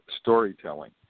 storytelling